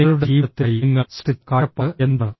നിങ്ങളുടെ ജീവിതത്തിനായി നിങ്ങൾ സൃഷ്ടിച്ച കാഴ്ചപ്പാട് എന്താണ്